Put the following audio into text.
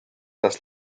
das